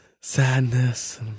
sadness